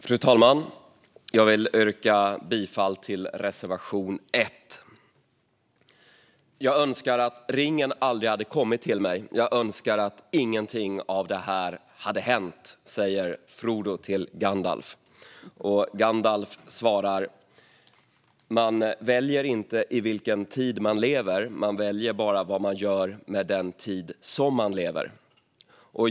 Fru talman! Jag vill yrka bifall till reservation 1. Jag önskar att ringen aldrig hade kommit till mig och att ingenting av det här hade hänt, säger Frodo till Gandalf. Gandalf svarar: Man väljer inte i vilken tid man lever. Man väljer bara vad man gör med den tid som man lever.